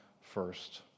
first